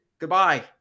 Goodbye